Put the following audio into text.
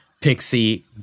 pixie